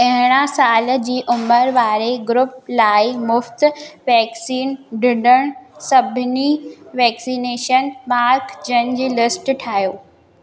अरिड़हं साल जी उमिरि वारे ग्रूप लाइ मुफ़्त वैक्सीन डीदड़ सभिनी वैक्सनेशन मार्कज़नि जी लिस्ट ठाहियो